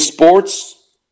Sports